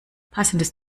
passendes